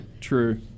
True